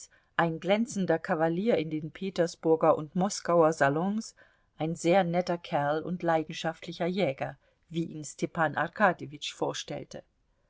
ein glänzender kavalier in den petersburger und moskauer salons ein sehr netter kerl und leidenschaftlicher jäger wie ihn stepan arkadjewitsch vorstellte